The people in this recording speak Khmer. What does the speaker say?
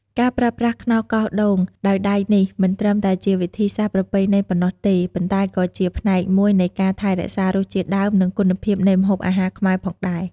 ការប្រើប្រាស់ខ្នោសកោសដូងដោយដៃនេះ មិនត្រឹមតែជាវិធីសាស្រ្តប្រពៃណីប៉ុណ្ណោះទេ ប៉ុន្តែក៏ជាផ្នែកមួយនៃការថែរក្សារសជាតិដើម និងគុណភាពនៃម្ហូបអាហារខ្មែរផងដែរ។